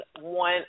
one